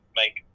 make